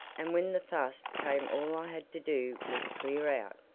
and when the fuss came all i had to do was clear out.